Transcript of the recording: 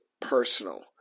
personal